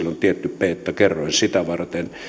tietty beetakerroin sitä varten